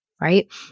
right